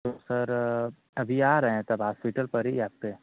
तो सर अभी आ रहे हैं तब हास्पिटल पर ही आपके